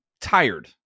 tired